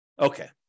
Okay